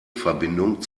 verbindung